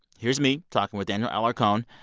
here's me talking with daniel alarcon.